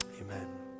Amen